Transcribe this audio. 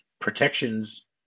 protections